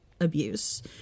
abuse